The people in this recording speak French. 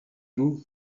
vous